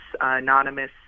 anonymous